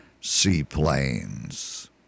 Seaplanes